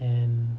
and